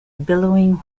billowing